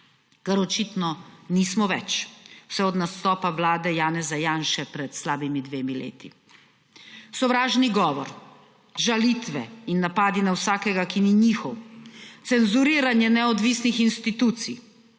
kar očitno nismo več, vsaj od nastopa vlade Janeza Janše pred slabima dvema letoma. Sovražni govor, žalitve in napadi na vsakega, ki ni njihov, cenzuriranje neodvisnih institucij,